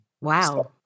wow